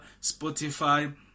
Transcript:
Spotify